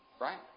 Right